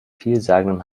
vielsagenden